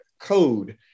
code